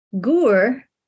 Gur